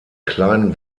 kleinen